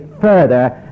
further